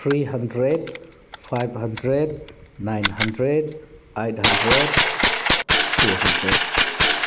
three hundred five hundred nine hundred eight hundred two hundred